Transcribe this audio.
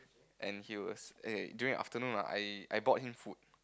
and he was eh during afternoon ah I I bought him food